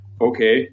okay